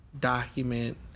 document